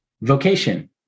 vocation